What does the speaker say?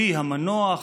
אבי המנוח,